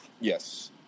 Yes